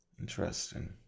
Interesting